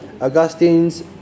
Augustine's